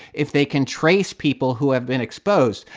if they can trace people who have been exposed.